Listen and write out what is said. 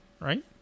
right